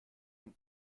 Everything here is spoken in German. dem